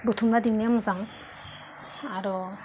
बुथुमना दोननाया मोजां आरो